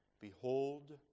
Behold